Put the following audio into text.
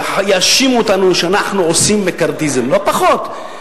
יאשימו אותנו שאנחנו עושים מקארתיזם, לא פחות.